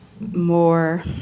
more